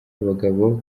abagabo